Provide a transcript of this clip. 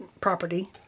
property